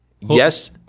yes